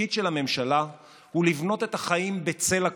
התפקיד של הממשלה הוא לבנות את החיים בצל הקורונה,